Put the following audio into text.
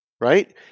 Right